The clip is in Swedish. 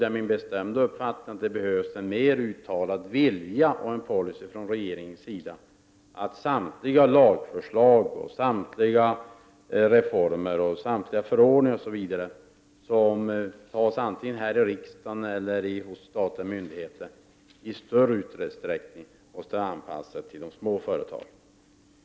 Det är min bestämda uppfattning att det behövs en mer uttalad vilja och en policy från regeringens sida att samtliga lagförslag, reformer och förordningar som beslutas antingen av riksdagen eller av statliga myndigheter i större utsträckning måste anpassas till de små företagen.